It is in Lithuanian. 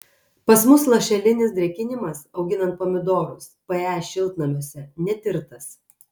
pas mus lašelinis drėkinimas auginant pomidorus pe šiltnamiuose netirtas